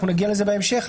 אנחנו נגיע לזה בהמשך,